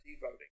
voting